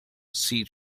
sea